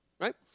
right